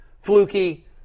fluky